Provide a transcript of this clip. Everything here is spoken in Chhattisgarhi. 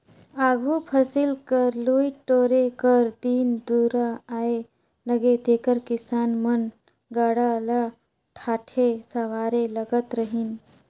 आघु फसिल कर लुए टोरे कर दिन दुरा आए नगे तेकर किसान मन गाड़ा ल ठाठे सवारे लगत रहिन